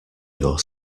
your